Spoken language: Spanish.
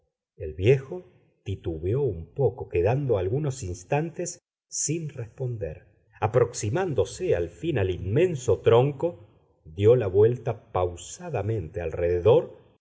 el viejo titubeó un poco quedando algunos instantes sin responder aproximándose al fin al inmenso tronco dió la vuelta pausadamente alrededor